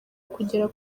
kugera